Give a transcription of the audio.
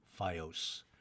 Fios